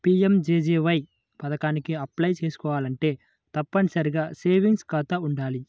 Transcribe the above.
PMJJBY పథకానికి apply చేసుకోవాలంటే తప్పనిసరిగా సేవింగ్స్ ఖాతా వుండాలి